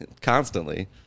constantly